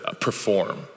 perform